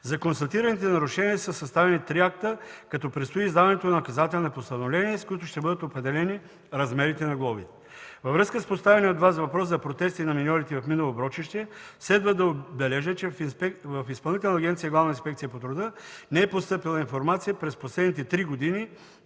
констатираните нарушения са съставени три акта, като предстои издаването на наказателни постановления, с които ще бъдат определени размерите на глобите. Във връзка с поставения от Вас въпрос за протестите на миньорите от мина „Оброчище“ следва да отбележа, че в Изпълнителна агенция „Главна инспекция по труда“ не е постъпвала информация през последните три години